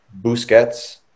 Busquets